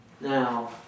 Now